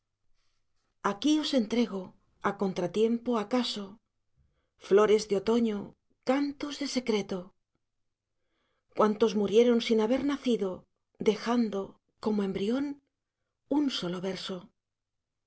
aquí os entrego á contratiempo acaso flores de otoño cantos de secreto cuántos murieron sin haber nacido dejando como embrión un solo verso